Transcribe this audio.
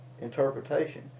interpretation